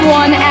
one